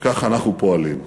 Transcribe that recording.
וכך אנחנו פועלים,